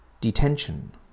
Detention